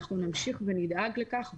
נמשיך ונדאג לכך.